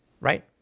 right